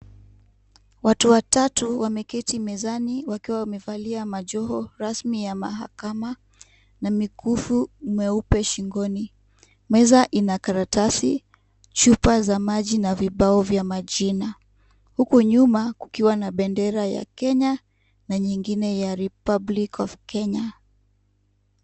Watu watatu wameketi mezani wakiwa wamevalia majoho rasmi ya mahakama na mikufu mieupe shingoni. Meza ina karatasi, chupa za maji na vibao vya majina, huku nyuma kukiwa na bendera ya Kenya na nyingine ya Republic of Kenya .